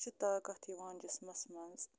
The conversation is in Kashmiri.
چھِ طاقت یِوان جِسمَس مَنٛز